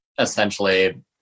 essentially